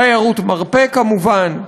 תיירות מרפא, כמובן.